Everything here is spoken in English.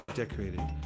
decorated